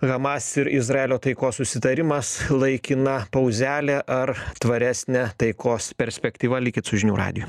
hamas ir izraelio taikos susitarimas laikina pauzelė ar tvaresnė taikos perspektyva likit su žinių radiju